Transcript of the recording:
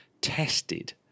tested